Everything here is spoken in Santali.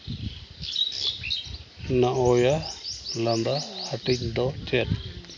ᱱᱚᱣᱟ ᱞᱟᱸᱫᱟ ᱦᱟᱹᱴᱤᱧ ᱫᱚ ᱪᱮᱫ